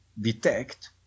detect